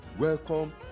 Welcome